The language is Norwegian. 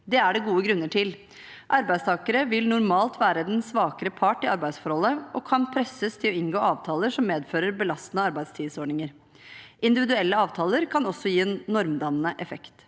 Det er det gode grunner til. Arbeidstakere vil normalt være den svakere part i arbeidsforholdet og kan presses til å inngå avtaler som medfører belastende arbeidstidsordninger. Individuelle avtaler kan også gi en normdannende effekt.